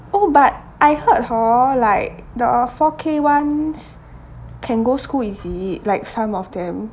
oh but I heard hor like the four K ones can go school is it like some of them